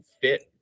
fit